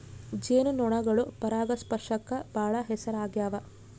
ಜೇನು ನೊಣಗಳು ಪರಾಗಸ್ಪರ್ಶಕ್ಕ ಬಾಳ ಹೆಸರಾಗ್ಯವ